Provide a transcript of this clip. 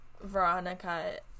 Veronica